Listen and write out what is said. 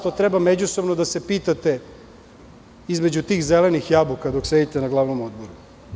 To treba međusobno da se pitate između tih zelenih jabuka dok sedite na glavnom odboru.